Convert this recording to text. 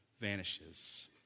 vanishes